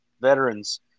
veterans